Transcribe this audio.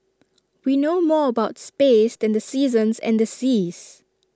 we know more about space than the seasons and the seas